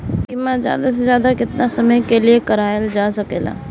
बीमा ज्यादा से ज्यादा केतना समय के लिए करवायल जा सकेला?